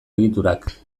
egiturak